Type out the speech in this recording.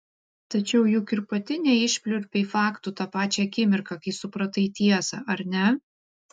tačiau juk ir pati neišpliurpei faktų tą pačią akimirką kai supratai tiesą ar ne